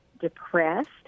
depressed